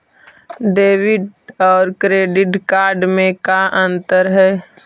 Debit और credit card में का अंतर हइ?